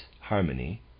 harmony